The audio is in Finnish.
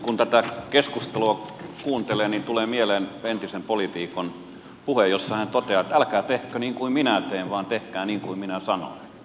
kun tätä keskustelua kuuntelee tulee mieleen entisen poliitikon puhe jossa hän toteaa että älkää tehkö niin kuin minä teen vaan tehkää niin kuin minä sanon